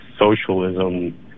socialism